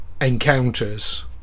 encounters